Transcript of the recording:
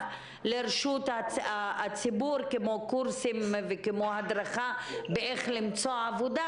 לרשות הציבור כמו קורסים והדרכה באיך למצוא עבודה,